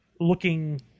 looking